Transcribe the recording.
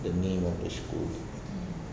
the name of the school